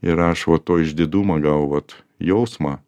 ir aš va to išdidumo va gal vat jausmą